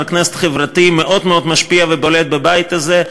כנסת חברתי מאוד מאוד משפיע ובולט בבית הזה,